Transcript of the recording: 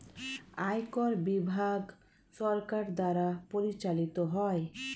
আয়কর বিভাগ সরকার দ্বারা পরিচালিত হয়